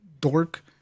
dork